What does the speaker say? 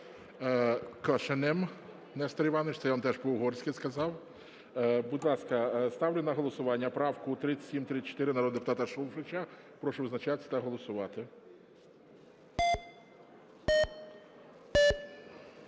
Нестор Іванович. Це я вам теж по-угорськи сказав. Будь ласка. Ставлю на голосування правку 3734 народного депутата Шуфрича. Прошу визначатися та голосувати.